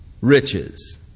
riches